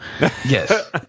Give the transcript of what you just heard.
Yes